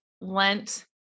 Lent